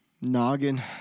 Noggin